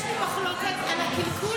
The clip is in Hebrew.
יש לי מחלוקת על גלגול